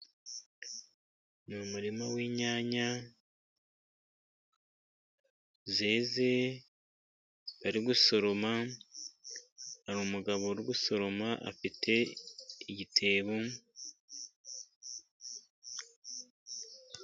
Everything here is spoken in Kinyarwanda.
Ni umurima w'inyanya zeze, bari gusoroma hari umugabo uri gusoroma afite igitebo.